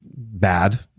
bad